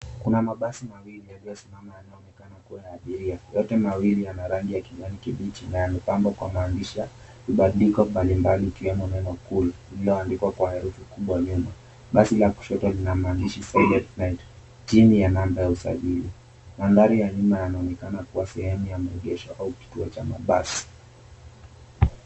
Kuna mabasi mawili yaliyosimama yanayooneka kuwa na ajiri. Yote mawili ualyana rangi ya kijani kibichi na yamepambwa kwa mahandishi ya kibandiko mbalimbali ikiwemo neno Cool ulioandikwa kwa herufi kubwa nyuma. Basi la kushoto lina mahandishi Silent made chini ya namba ya usajili. Mandhari ya nyuma yanaonekana kuwa sehemu ya maegesho au kituo cha mabasi.